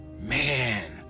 Man